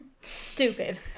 Stupid